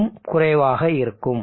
5க்கும் குறைவாக இருக்கும்